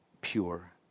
pure